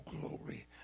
glory